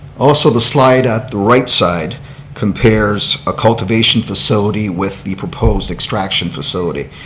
also the slide at the right side compares a cultivation facility with the proposed extraction facility.